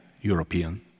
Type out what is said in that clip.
European